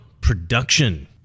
production